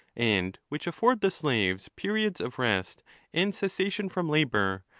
and which afford the slaves periods of rest and cessation from labour,